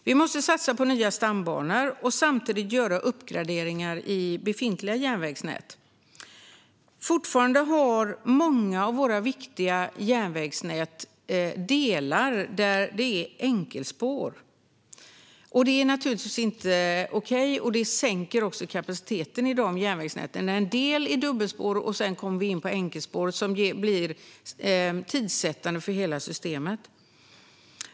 Vi måste satsa på nya stambanor och samtidigt göra uppgraderingar i befintliga järnvägsnät. Fortfarande har många av våra viktiga järnvägsnät till viss del enkelspår, och det är givetvis inte okej. Det sänker kapaciteten i dessa järnvägsnät när dubbelspår blir enkelspår, som blir tidssättande för hela systemet.